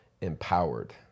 empowered